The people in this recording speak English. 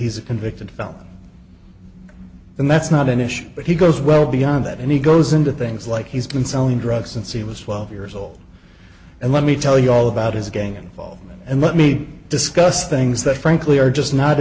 he's a convicted felon and that's not an issue but he goes well beyond that and he goes into things like he's been selling drugs since he was twelve years old and let me tell you all about his gang involvement and let me discuss things that frankly are just not